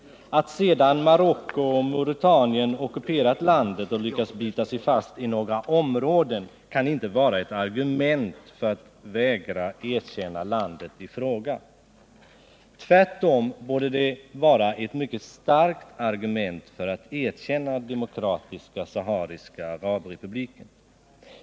Att sedan Marocko och Mauretanien ockuperat landet och lyckats bita sig fast i några områden kan inte vara något argument för att vägra erkänna landet i fråga. Tvärtom borde det vara ett mycket starkt argument för att erkänna Demokratiska sahariska arabrepubliken.